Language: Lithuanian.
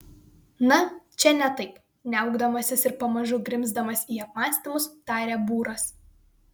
na čia ne taip niaukdamasis ir pamažu grimzdamas į apmąstymus tarė būras